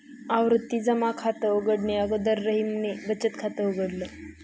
आवर्ती जमा खात उघडणे अगोदर रहीमने बचत खात उघडल